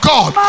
God